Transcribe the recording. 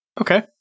Okay